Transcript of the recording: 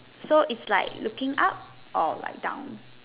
so it's like looking up or like down